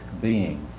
beings